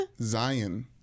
Zion